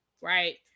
right